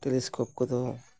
telescope ᱠᱚᱫᱚ